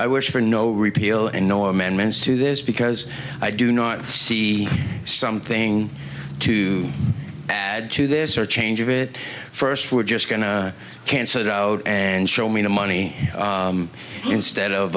i wish for no repeal and no amendments to this because i do not see something to add to this or change it first we're just going to cancel it out and show me the money instead of